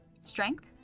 Strength